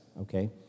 okay